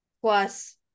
plus